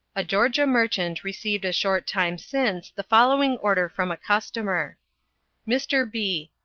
a georgia merchant received a short time since the following order from a customer mr. b,